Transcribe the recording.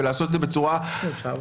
ולעשות את זה בצורה חד-צדדית,